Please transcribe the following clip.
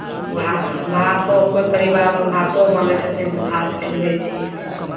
भा भातो कोइ परिवारमे भातो बनै छथिन तऽ भात खिलबै छियै